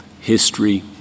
history